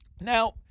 Now